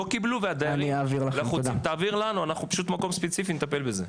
קיבלו והדיירים לחוצים תעביר לנו אנחנו פשוט מקום ספציפי נטפל בזה.